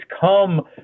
come